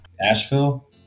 Asheville